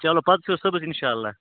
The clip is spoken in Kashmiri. چلو پَتہٕ وُچھُو صُبحس اِنشأللہ